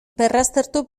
berraztertu